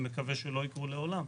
אני מקווה שלא יקרו לעולם,